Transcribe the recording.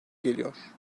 geliyor